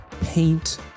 paint